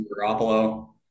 Garoppolo